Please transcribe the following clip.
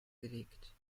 gelegt